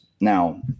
Now